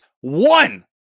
one